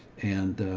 and, ah,